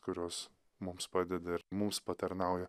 kurios mums padeda ir mums patarnauja